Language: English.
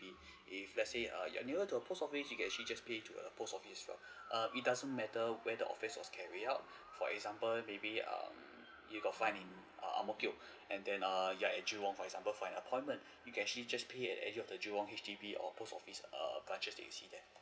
if let's say err you are nearer to a post office you can actually to just pay to a post office as well err it doesn't matter where the offence was carry out for example maybe um you got fined in err ang mo kio and then err you're at jurong for example for an appointment you can actually just pay at the area of the jurong H_D_B or post office err branches that you see there